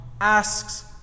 asks